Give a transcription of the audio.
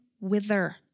wither